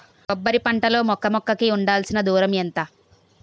కొబ్బరి పంట లో మొక్క మొక్క కి ఉండవలసిన దూరం ఎంత